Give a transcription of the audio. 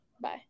Bye